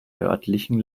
nördlichen